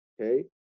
Okay